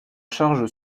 charge